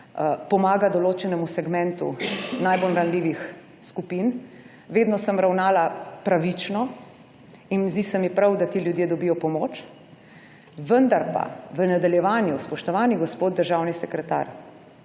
pomaga določenemu segmentu najbolj ranljivih skupin. Vedno sem ravnala pravično in zdi se mi prav, da ti ljudje dobijo pomoč, vendar pa, v nadaljevanju, spoštovani gospod državni sekretar,